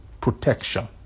protection